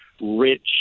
rich